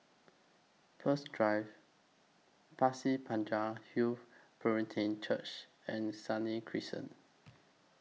Peirce Drive Pasir Panjang Hill Brethren Church and Senang Crescent